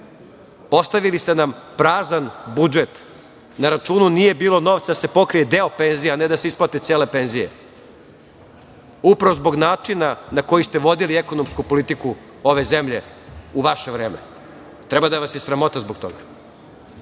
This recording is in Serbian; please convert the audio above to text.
Ostavili ste nam prazan budžet, na račun unije bilo novca da se pokrije deo penzija, a ne da se isplate cele penzije. Upravo zbog načina na koji ste vodili ekonomsku politiku ove zemlje u vaše vreme treba da vas je sramota zbog toga.